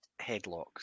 headlocks